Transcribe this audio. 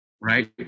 right